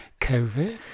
Covid